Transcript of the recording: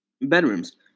bedrooms